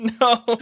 No